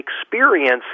experience